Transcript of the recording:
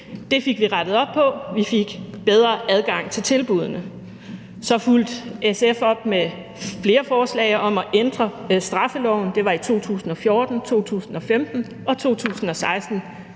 Det fik vi rettet op på. Vi fik bedre adgang til tilbuddene. Så fulgte SF op med flere forslag om at ændre straffeloven. Det var i 2014, 2015 og 2016.